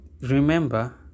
remember